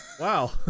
Wow